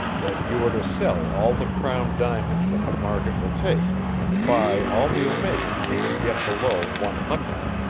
that you are to sell all the crown diamond that the market will take, and buy all the omega that you can get below one hundred.